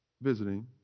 visiting